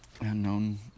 unknown